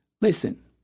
Listen